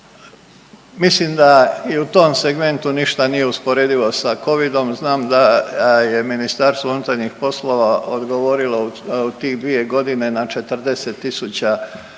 Mislim da i u tom segmentu ništa nije usporedivo sa covidom. Znam da je Ministarstvo unutarnjih poslova odgovorilo u tih dvije godine na 40 000